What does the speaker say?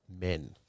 men